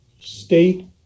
state